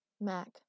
Mac